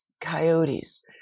coyotes